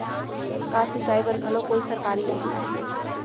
का सिंचाई बर घलो कोई सरकारी योजना हे?